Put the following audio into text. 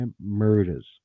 murders